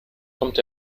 kommt